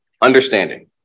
Understanding